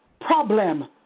problem